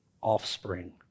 offspring